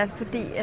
fordi